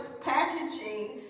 packaging